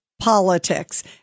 politics